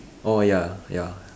orh ya ya